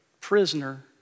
prisoner